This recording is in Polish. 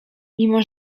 mimo